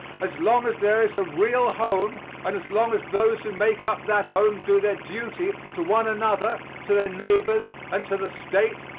as long as there is a real home and as long as those who make up that home do their duty to one another, to their neighbors and to the state,